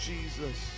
Jesus